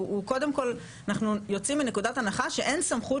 קודם כל אנחנו יוצאים מנקודת הנחה שאין סמכות